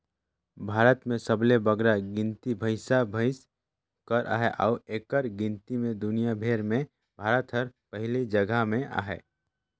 भारत में सबले बगरा गिनती भंइसा भंइस कर अहे अउ एकर गिनती में दुनियां भेर में भारत हर पहिल जगहा में अहे